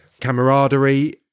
camaraderie